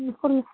ம் கொடுங்க